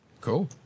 Cool